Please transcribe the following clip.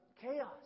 chaos